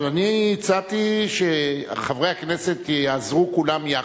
אבל אני הצעתי שחברי הכנסת יעזרו כולם יחד,